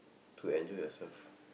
to enjoy yourself